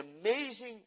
amazing